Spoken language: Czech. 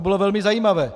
Bylo to velmi zajímavé.